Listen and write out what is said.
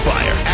Fire